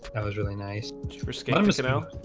that was really nice for school missing out